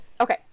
okay